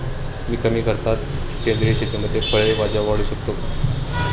मी कमी खर्चात सेंद्रिय शेतीमध्ये फळे भाज्या वाढवू शकतो का?